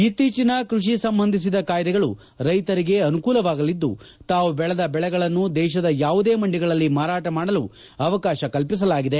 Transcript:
ಇತ್ತೀಚಿನ ಕೃಷಿ ಸಂಬಂಧಿಸಿದ ಕಾಯ್ದೆಗಳು ರೈತರಿಗೆ ಅನುಕೂಲವಾಗಲಿದ್ದು ತಾವು ಬೆಳೆದ ಬೆಳೆಗಳನ್ನು ದೇಶದ ಯಾವುದೇ ಮಂಡಿಗಳಲ್ಲಿ ಮಾರಾಟ ಮಾಡಲು ಅವಕಾಶ ಕಲ್ಪಿಸಲಾಗಿದೆ